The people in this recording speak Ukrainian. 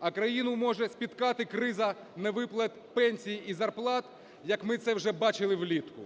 а країну може спіткати криза невиплат пенсій і зарплат, як ми це вже бачили влітку.